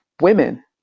women